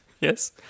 Yes